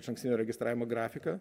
išankstinio registravimo grafiką